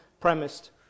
premised